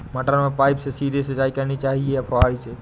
मटर में पाइप से सीधे सिंचाई करनी चाहिए या फुहरी से?